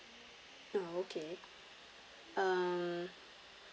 ah okay um